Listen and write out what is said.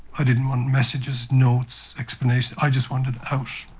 i didn't want messages, notes, explanations, i just wanted out.